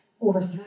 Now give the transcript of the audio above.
over